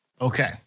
Okay